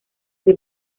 que